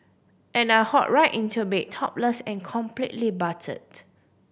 and I hop right into bed topless and completely buttered